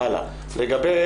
הלאה, לגבי